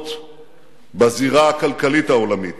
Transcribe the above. האחרונות בזירה הכלכלית העולמית.